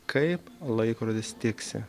kaip laikrodis tiksi